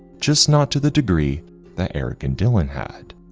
just not to the degree that eric and dylan had.